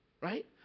right